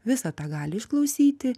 visą tą gali išklausyti